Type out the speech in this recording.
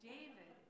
David